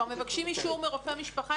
כבר מבקשים אישור מרופא משפחה,